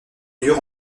dur